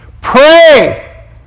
Pray